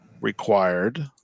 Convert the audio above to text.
required